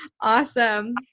Awesome